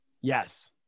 Yes